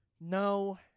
No